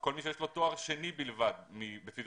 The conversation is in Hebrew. כל מי שיש לו תואר שני בלבד בפיזיותרפיה,